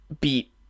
beat